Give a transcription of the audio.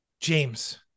James